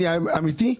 אמיתית,